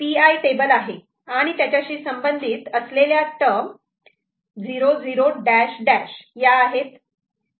हा PI table आहे आणि त्याच्याशी संबंधित असलेल्या टर्म 0 0 डॅश डॅश या आहेत